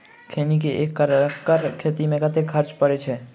खैनी केँ एक एकड़ खेती मे कतेक खर्च परै छैय?